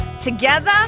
together